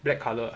black colour